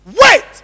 Wait